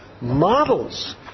models